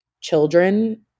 children